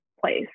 place